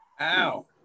Ow